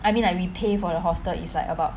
I mean like we pay for the hostel is like about